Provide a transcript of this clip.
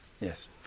Yes